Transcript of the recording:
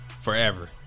forever